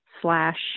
slash